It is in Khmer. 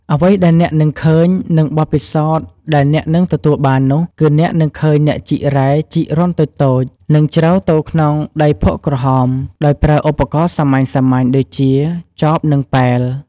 អ្វីដែលអ្នកនឹងឃើញ និងបទពិសោធន៍ដែលអ្នកនឹងទទួលបាននោះ គឺអ្នកនឹងឃើញអ្នកជីករ៉ែជីករន្ធតូចៗ និងជ្រៅទៅក្នុងដីភក់ក្រហម ដោយប្រើឧបករណ៍សាមញ្ញៗដូចជាចប និងប៉ែល។